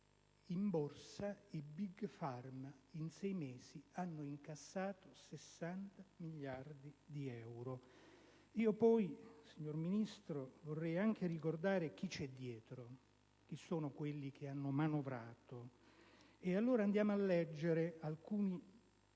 in borsa i Big Pharma in sei mesi abbiano incassato 60 miliardi di euro. Signor Ministro, vorrei anche ricordare chi c'è dietro, chi sono quelli che hanno manovrato. E allora andiamo a leggere alcune